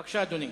בבקשה, אדוני.